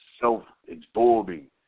self-absorbing